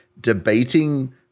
debating